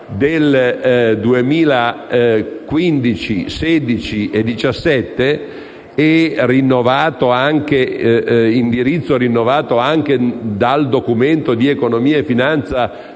del 2015, 2016 e 2017 (indirizzo rinnovato anche dal Documento di economia e finanza